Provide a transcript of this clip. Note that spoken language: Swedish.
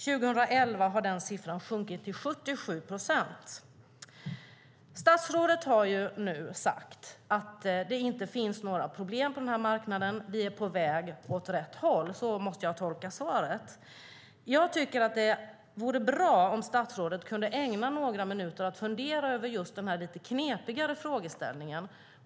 År 2011 hade den siffran sjunkit till 77 procent. Statsrådet har nu sagt att det inte finns några problem på den här marknaden och att vi är på väg åt rätt håll. Så måste jag tolka svaret. Men jag tycker att det vore bra om statsrådet kunde ägna några minuter åt att fundera över den lite knepigare frågeställningen.